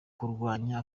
kurwanya